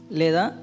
leda